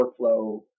workflow